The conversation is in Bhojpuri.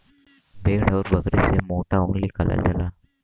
भेड़ आउर बकरी से मोटा ऊन निकालल जाला